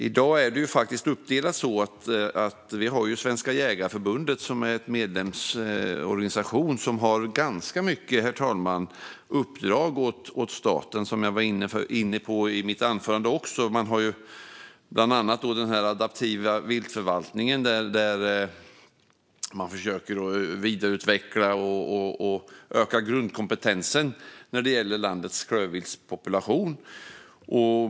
I dag är det uppdelat så att Svenska Jägareförbundet, som är en medlemsorganisation, gör ganska många uppdrag åt staten, vilket jag var inne på i mitt anförande, herr talman. Man har bland annat den adaptiva viltförvaltningen där man försöker vidareutveckla och öka grundkompetensen när det gäller landets klövviltspopulation.